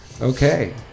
okay